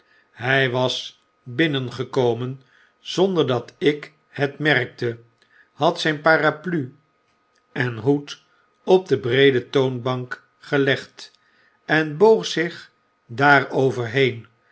hij was binnengekomen zonder dat ik het merkte had zijn parapluie en hoed op de breede toonbank gelegd en boog zich